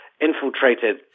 infiltrated